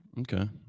Okay